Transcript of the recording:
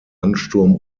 ansturm